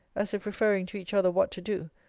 as if referring to each other what to do,